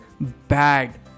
bad